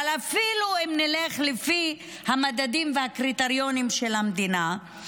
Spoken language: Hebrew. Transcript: אבל אפילו אם נלך לפי המדדים והקריטריונים של המדינה,